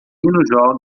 joga